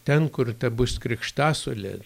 ten kur ta bus krikštasuolė